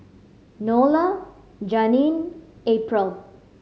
Enola Janeen April